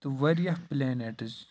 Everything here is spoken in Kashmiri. تہٕ وارِیاہ پٕلینیٚٹز